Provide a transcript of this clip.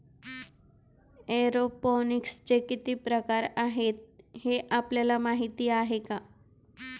एरोपोनिक्सचे किती प्रकार आहेत, हे आपल्याला माहित आहे का?